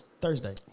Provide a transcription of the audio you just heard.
Thursday